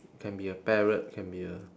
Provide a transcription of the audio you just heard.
can be a parrot can be a